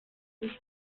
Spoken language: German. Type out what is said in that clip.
ich